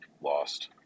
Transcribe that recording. lost